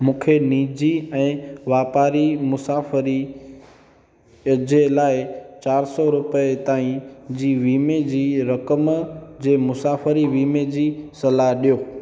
मूंखे निजी ऐं वापारी मुसाफ़री जे लाइ चारि सौ रुपियनि ताईं जी वीमे जी रक़म जे मुसाफ़री वीमे जी सलाहु ॾियो